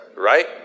right